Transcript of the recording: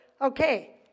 Okay